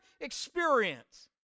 experience